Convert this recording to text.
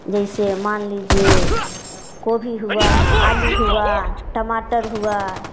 जैसे मान लीजिए गोभी हुआ आलू हुआ टमाटर हुआ